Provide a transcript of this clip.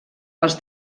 els